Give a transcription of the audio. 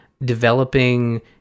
developing